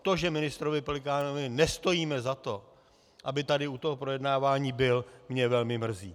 To, že ministrovi Pelikánovi nestojíme za to, aby tady u toho projednávání byl, mě velmi mrzí.